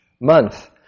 month